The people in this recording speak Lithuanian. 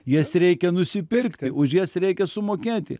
jas reikia nusipirkti už jas reikia sumokėti